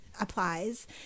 applies